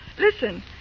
Listen